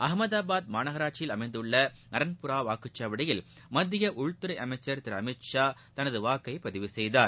அகமதாபாத் மாநகராட்சியில் அமைந்துள்ள நரன்புரா வாக்குசாவடியில் மத்திய உள்துறை அமைச்சர் திரு அமித் ஷா தனது வாக்கை பதிவு செய்தார்